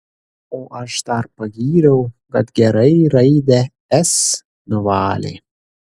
o aš dar pagyriau kad gerai raidę s nuvalė